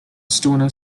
stoner